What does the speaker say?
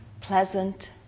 pleasant